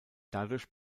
dadurch